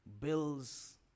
bills